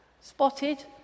spotted